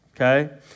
okay